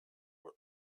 were